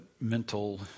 mental